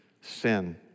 sin